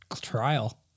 trial